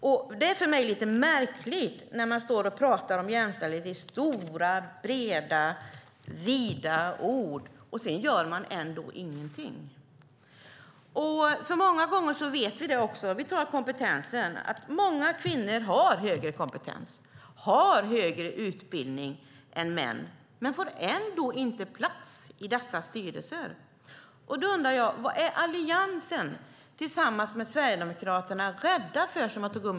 Jag tycker det är lite märkligt att man pratar om jämställdhet i stora ord och ändå inte gör någonting. Vi vet att många kvinnor har högre kompetens och högre utbildning än män, men de får ändå inte plats i dessa styrelser. Jag undrar vad Alliansen och Sverigedemokraterna är rädda för.